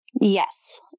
Yes